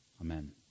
Amen